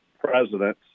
presidents